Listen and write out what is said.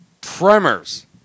Tremors